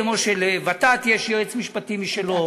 כמו שלוות"ת יש יועץ משפטי משלה,